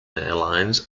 airlines